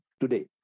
today